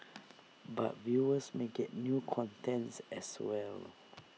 but viewers may get new content as well